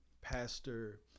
Pastor